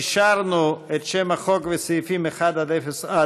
אישרנו את שם החוק ואת סעיפים 1 106,